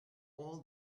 all